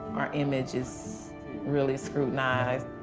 our image is really scrutinized.